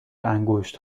انگشت